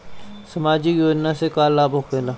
समाजिक योजना से का लाभ होखेला?